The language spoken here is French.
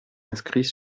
inscrits